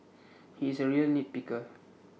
he is A real nitpicker